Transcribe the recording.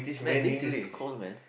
man this is cold man